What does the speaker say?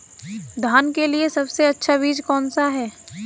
धान के लिए सबसे अच्छा बीज कौन सा है?